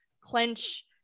clench